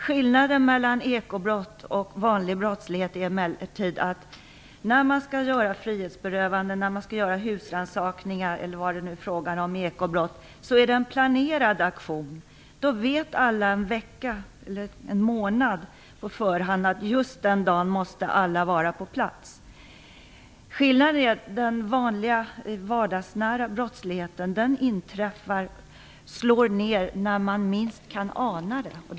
Skillnaden mellan ekobrott och vanlig brottslighet är emellertid att när man skall göra frihetsberövanden, husrannsakningar eller vad det är fråga om vid ekobrott, är det en planerad aktion. Alla vet en vecka eller en månad i förväg att de just den dagen måste vara på plats. Den vanliga vardagsnära brottsligheten slår ned när man minst kan ana det.